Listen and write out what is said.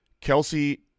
Kelsey